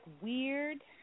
weird